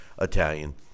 Italian